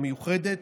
המיוחדת,